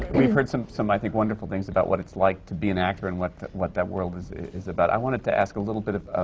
we've heard some, i think, wonderful things about what it's like to be an actor and what that what that world is is about. i wanted to ask a little bit